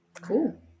Cool